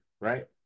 Right